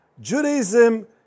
Judaism